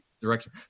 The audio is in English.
direction